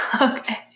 Okay